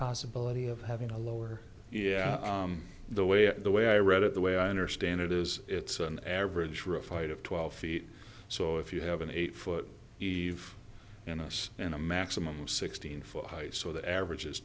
possibility of having a lower yeah the way the way i read it the way i understand it is it's an average for a fight of twelve feet so if you have an eight foot eve in us and a maximum sixteen foot high so the average is